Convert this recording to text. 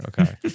Okay